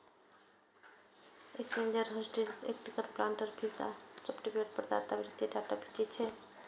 exchange, hosting, ticker plant feed आ software प्रदाता वित्तीय डाटा बेचै छै